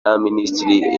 y’abaminisitiri